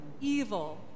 evil